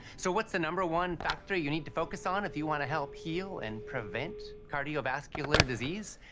so what's the number one factor you need to focus on if you want to help heal and prevent cardiovascular disease?